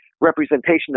representation